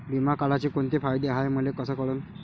बिमा काढाचे कोंते फायदे हाय मले कस कळन?